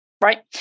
right